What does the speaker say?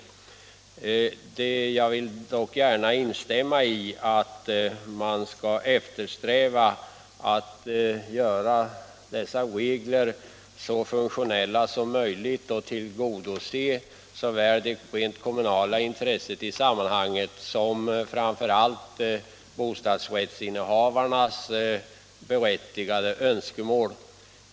Och jag instämmer i att man skall eftersträva att göra reglerna så funktionella som möjligt och sådana att de tillgodoser såväl det kommunala intresset i sammanhanget som — och framför allt — tomträttsinnehavarnas berättigade önskemål.